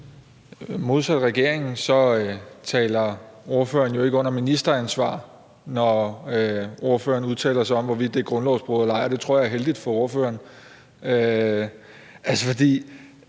Modsat regeringen taler ordføreren jo ikke under ministeransvar, når ordføreren udtaler sig om, hvorvidt det er grundlovsbrud eller ej – og det tror jeg er heldigt for ordføreren.